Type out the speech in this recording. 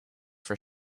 for